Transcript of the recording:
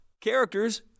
characters